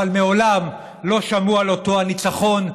אבל מעולם לא שמעו על אותו הניצחון,